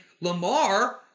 Lamar